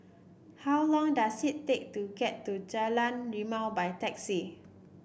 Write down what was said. how long does it take to get to Jalan Rimau by taxi